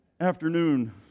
afternoon